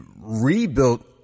rebuilt